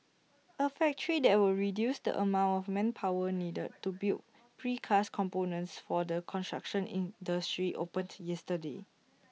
A factory that will reduce the amount of manpower needed to build precast components for the construction industry opened yesterday